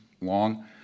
long